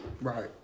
Right